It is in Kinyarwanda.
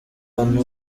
bana